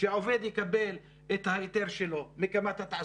שהעובד יקבל את ההיתר שלו מקמ"ט התעסוקה,